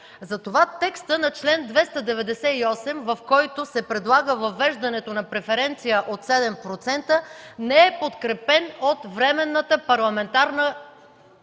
затова текстът на чл. 298, в който се предлага въвеждането на преференция от 7% не е подкрепен от Временната парламентарна комисия.